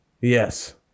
Yes